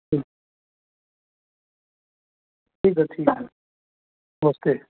जी ठीक है ठीक है नमस्ते